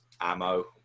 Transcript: Ammo